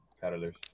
paddlers